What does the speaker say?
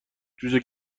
جوجه